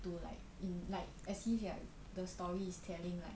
to like in like as if the story is telling